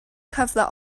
cyfle